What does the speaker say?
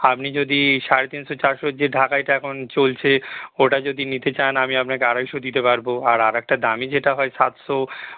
আপনি যদি সাড়ে তিনশো চারশোর যে ঢাকাইটা এখন চলছে ওটা যদি নিতে চান আমি আপনাকে আড়াইশো দিতে পারবো আর একটা দামি যেটা হয় সাতশো